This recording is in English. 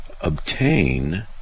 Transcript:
obtain